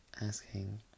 asking